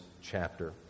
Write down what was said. chapter